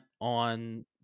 on